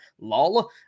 LOL